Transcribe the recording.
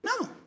No